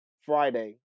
Friday